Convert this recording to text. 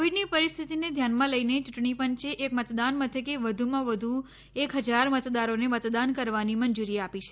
કોવિડની પરિસ્થિતીને ધ્યાનમાં લઈને યૂંટણી પંચે એક મતદાન મથકે વધુ માં વધુ એક હજાર મતદારોને મતદાન કરવાની મંજૂરી આપી છે